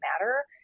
matter